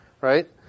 right